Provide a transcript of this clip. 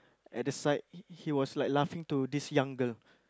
at the side he was like laughing to this young girl